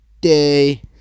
day